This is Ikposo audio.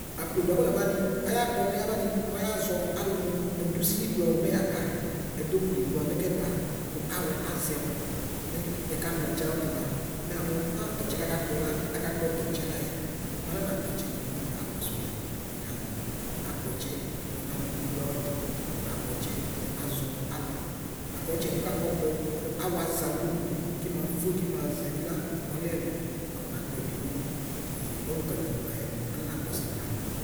Ablodo akɔ navani ayakpɔ mɛ ayavani mɛ ayazɔ alʋ ɛdʋ ʋsili klao mɛ yaba ɛdʋ ɔkʋli kla mɛ kɛba nʋ awɔ azɛ wʋ mɛ ɛkawʋ ɔtsɛ ayʋtʋlʋ la mɛ yamʋ mʋa tʋ ɔtsɛ kakakpɔ la akakpɔ tɔtsɛ layɛ manana kpɔ ɔtsɛ ko nʋ akpɔsɔli nya wakɔnakplɔ ɔtsɛ yɔna dʋ ʋbe dʋ awɛtʋ wakɔ nakpɔ ɔtsɛ yɔnazɔ alʋ lakʋ ɔtsɛdʋ kafɔkpɔ nʋ awɔazɛ alʋ nɔkʋli kina kimafʋɛ kimazɛ bila ɔlɛ ɛlʋ makɔ nakpɔɛbi nʋ ɔlʋka dʋnʋ layɛ ananakpɔzɛ nyaoʋ.